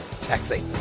taxi